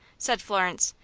said florence,